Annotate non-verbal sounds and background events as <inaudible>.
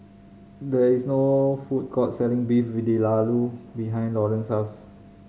there is no food court selling Beef <unintelligible> behind Loren's house